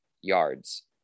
yards